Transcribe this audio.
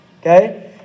okay